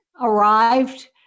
arrived